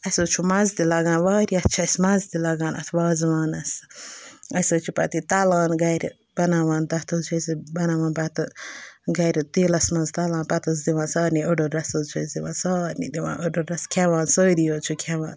اَسہِ حظ چھُ مَزٕ تہِ لگان واریاہ چھِ اَسہِ مَزٕ تہِ لاگان اَتھ وازوانَس اَسہِ حظ چھِ پَتہٕ یہِ تَلان گَرِ بَناوان تَتھ حظ چھِ أسہِ بَناوان پَتہٕ گَرِ تیٖلَس منٛز تَلان پَتہٕ حظ دِوان سارنی أڑ أڑ رَژھ حظ چھِ أسۍ دِوان سارنی دِوان أڑ أڑ رَژھ کھٮ۪وان سٲری حظ چھِ کھٮ۪وان